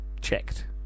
checked